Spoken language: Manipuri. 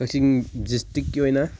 ꯀꯥꯛꯆꯤꯡ ꯗꯤꯁꯇ꯭ꯔꯤꯛꯀꯤ ꯑꯣꯏꯅ